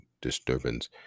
disturbance